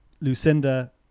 lucinda